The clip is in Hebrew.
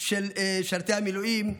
של משרתי המילואים,